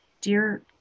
dear